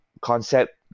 concept